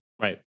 Right